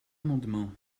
amendement